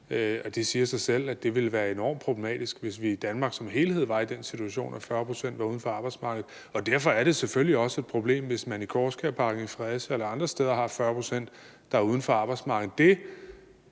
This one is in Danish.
Det siger sig selv, at det ville være enormt problematisk, hvis vi i Danmark som helhed var i den situation, at 40 pct. var uden for arbejdsmarkedet. Derfor er det selvfølgelig også et problem, hvis man i Korskærparken i Fredericia eller andre steder har 40 pct., der er uden for arbejdsmarkedet.